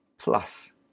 PLUS